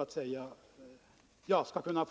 att arbeta.